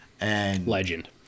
Legend